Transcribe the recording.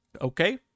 Okay